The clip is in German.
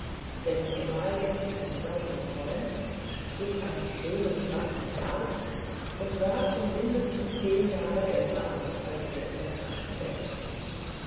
denn er war jetzt von der sonne gebräunt trug einen schönen schwarzen bare und sah zum mindesten zehen jahre älter aus als er in der tat zählte